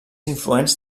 influents